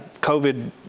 COVID